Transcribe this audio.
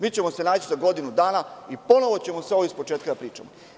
Mi ćemo se naći za godinu dana i ponovo ćemo sve ovo ispočetka da pričamo.